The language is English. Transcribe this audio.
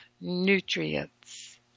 nutrients